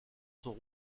son